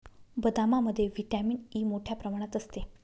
बदामामध्ये vitamin E मोठ्ठ्या प्रमाणात असते